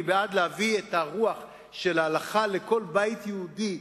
אני בעד להביא את הרוח של ההלכה לכל בית יהודי,